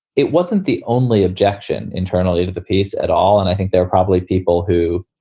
it wasn't the only objection internally to the piece at all, and i think there are probably people who